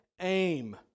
aim